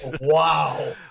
Wow